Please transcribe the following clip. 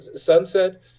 sunset